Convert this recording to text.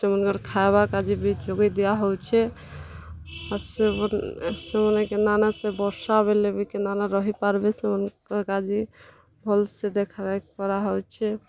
ସେମାନଙ୍କର୍ ଖାଏବାର୍ କା'ଯେ ବି ଯୋଗେଇ ଦିଆ ହେଉଛେ ଆର୍ ସେମାନେ କେନ୍ତାକିନା ସେ ବର୍ଷା ବେଲେ ବି କେନ୍ତାକିନା ରହିପାର୍ବେ ସେମାନଙ୍କର୍ କା'ଯେ ଭଲ୍ସେ ଦେଖ୍ ରେଖ୍ କରାହେଉଛେ